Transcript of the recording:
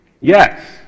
yes